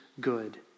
good